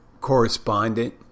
correspondent